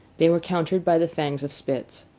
they were countered by the fangs of spitz.